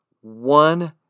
one